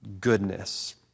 goodness